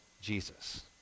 Jesus